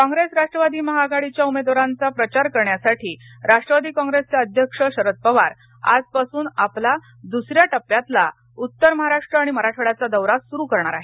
काँग्रेस राष्ट्रवादी महाआघाडीच्या उमेदवारांचा प्रचार करण्यासाठी राष्ट्रवादी काँग्रेसचे अध्यक्ष शरद पवार आजपासून आपला दुसऱ्या टप्प्यातला उत्तर महाराष्ट्र आणि मराठवाङ्याचा दौरा सुरू करणार आहेत